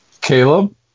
Caleb